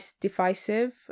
divisive